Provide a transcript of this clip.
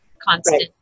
constant